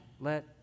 let